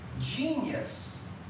genius